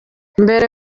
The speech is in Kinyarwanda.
mbere